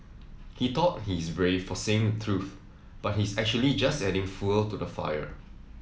he thought he's brave for saying the truth but he's actually just adding fuel to the fire